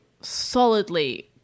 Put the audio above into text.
solidly